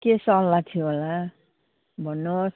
के सल्लाह थियो होला भन्नुहोस्